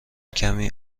کمی